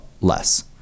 less